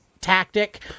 tactic